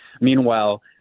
Meanwhile